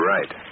Right